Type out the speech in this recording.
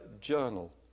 Journal